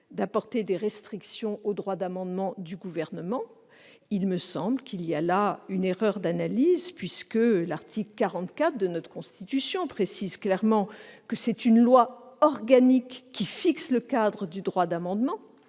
d'apporter des restrictions au droit d'amendement du Gouvernement. Il me semble qu'il y a là une erreur d'analyse. L'article 44 de notre Constitution le précise clairement : c'est une loi organique qui fixe le cadre du droit d'amendement,